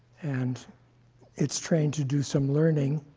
and it's trained to do some learning.